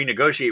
renegotiate